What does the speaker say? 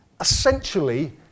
essentially